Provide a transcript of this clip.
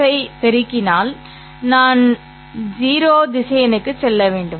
́x ஐ பெருக்கினால் நான் 0 திசையனுக்கு செல்ல வேண்டும்